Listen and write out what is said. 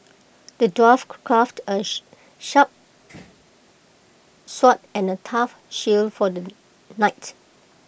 the dwarf crafted A shh sharp sword and A tough shield for the knight